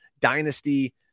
Dynasty